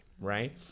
right